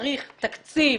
צריך תקציב?